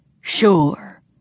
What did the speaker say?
Sure